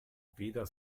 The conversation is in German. weder